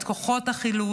את כוחות החילוץ,